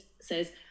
says